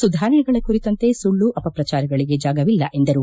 ಸುಧಾರಣೆಗಳ ಕುರಿತಂತೆ ಸುಳ್ಳು ಅಪಪ್ರಚಾರಗಳಿಗೆ ಜಾಗವಿಲ್ಲ ಎಂದರು